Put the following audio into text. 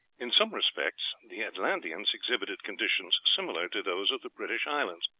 in some respects the atlanteans exhibited conditions similar to those of the british islands